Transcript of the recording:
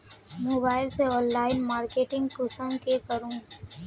Mobile से online marketing कुंसम के करूम?